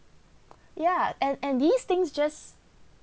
ya and and these things just